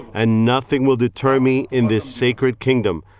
and nothing will deter me in this sacred kingdom,